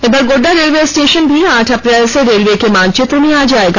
इधर Godda railway station भी आठ अप्रैल से रेलवे के मानचित्र में आ जाएगा